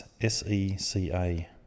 S-E-C-A